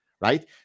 right